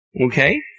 okay